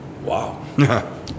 wow